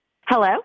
Hello